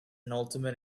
ultimate